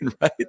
right